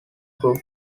group